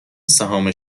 سهام